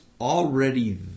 already